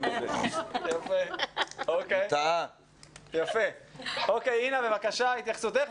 בבקשה, אינה, התייחסותך.